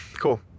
Cool